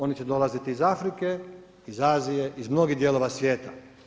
Oni će dolaziti iz Afrike, iz Azije, iz mnogih dijelova svijeta.